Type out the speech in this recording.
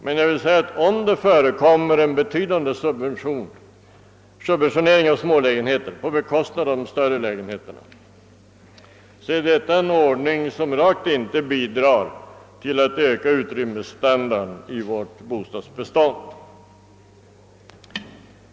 Men om det förekommer en betydan de subventionering av smålägenheter på bekostnad av de stora lägenheterna, så är detta en ordning som inte bidrar till att öka utrymmesstandarden i våri bostadsbestånd.